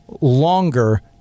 longer